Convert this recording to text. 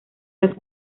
las